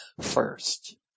first